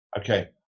Okay